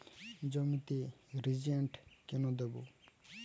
জমিতে রিজেন্ট কেন দেবো?